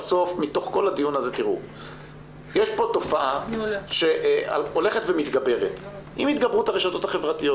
יש כאן תופעה שהולכת ומתגברת עם התגברות הרשתות החברתיות.